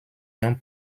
ayant